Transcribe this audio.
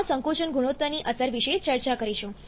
આપણે આ સંકોચન ગુણોત્તરની અસર વિશે ચર્ચા કરીશું